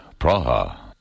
Praha